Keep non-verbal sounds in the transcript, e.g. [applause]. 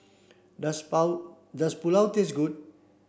does [unintelligible] does Pulao taste good